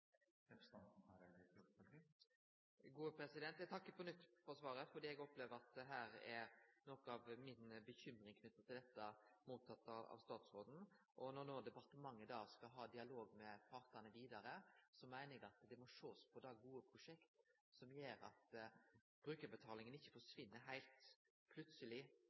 svaret fordi eg opplever at her er noko av mi bekymring knytt til dette motteke av statsråden. Når departementet no vidare skal ha dialog med partane, meiner eg dei må sjå på dei gode prosjekta som gjer at brukarbetalinga ikkje forsvinn heilt, og me plutseleg